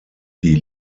die